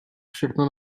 všechno